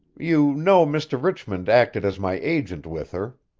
you know mr. richmond acted as my agent with her?